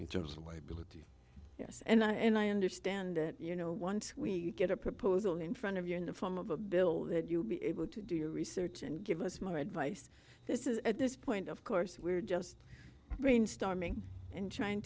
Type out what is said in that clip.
in terms of liability yes and i understand it you know once we get a proposal in front of you in the form of a bill that you'll be able to do your research and give us more advice this is at this point of course we're just brainstorming and trying